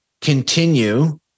continue